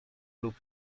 lub